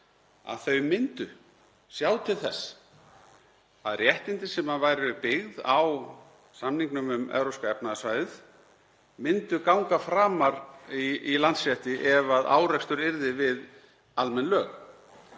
að þau myndu sjá til þess að réttindi sem væru byggð á samningnum um Evrópska efnahagssvæðið myndu ganga framar í landsrétti ef árekstur yrði við almenn lög.